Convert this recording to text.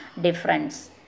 Difference